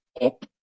up